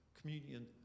communion